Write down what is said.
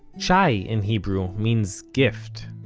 shai, in hebrew, means gift.